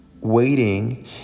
waiting